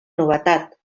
novetat